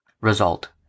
Result